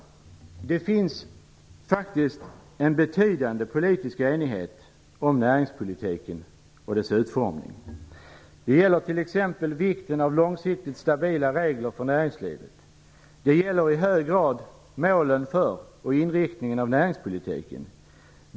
Det finns faktiskt en betydande politisk enighet om näringspolitiken och dess utformning. Det gäller t.ex. vikten av långsiktigt stabila regler för näringslivet. Det gäller i hög grad målen för och inriktningen av näringspolitiken.